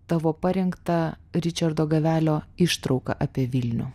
tavo parinktą ričardo gavelio ištrauką apie vilnių